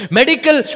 medical